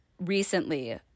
recently